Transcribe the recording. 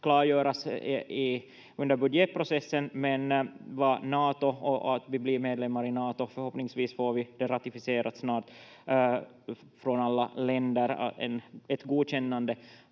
klargöras under budgetprocessen, och att vi blir medlem i Nato — förhoppningsvis får vi det ratificerat snart, ett godkännande